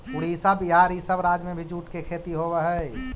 उड़ीसा, बिहार, इ सब राज्य में भी जूट के खेती होवऽ हई